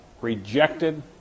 rejected